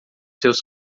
seus